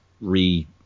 re